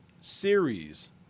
series